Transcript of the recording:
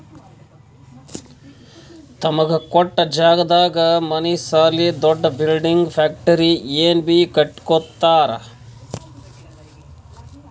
ತಮಗ ಕೊಟ್ಟ್ ಜಾಗದಾಗ್ ಮನಿ ಸಾಲಿ ದೊಡ್ದು ಬಿಲ್ಡಿಂಗ್ ಫ್ಯಾಕ್ಟರಿ ಏನ್ ಬೀ ಕಟ್ಟಕೊತ್ತರ್